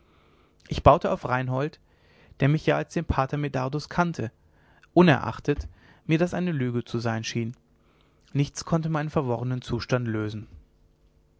ich baute auf reinhold der mich ja als den pater medardus kannte unerachtet mir das eine lüge zu sein schien nichts konnte meinen verworrenen zustand lösen